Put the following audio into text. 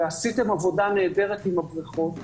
ועשיתם עבודה נהדרת עם הבריכות,